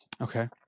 Okay